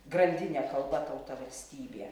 grandinę kalba tauta valstybė